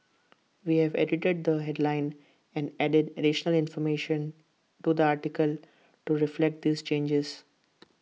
we have edited the headline and added additional information to the article to reflect these changes